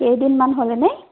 কেইদিনমান হ'ল এনেই